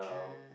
ah